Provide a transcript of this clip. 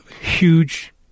Huge